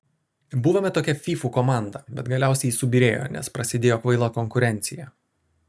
buvome tokia fyfų komanda bet galiausiai ji subyrėjo nes prasidėjo kvaila konkurencija